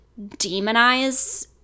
demonize